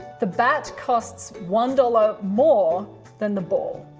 the bat costs one dollars more than the ball.